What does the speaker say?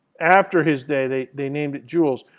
after his day, they they named it joules.